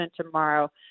tomorrow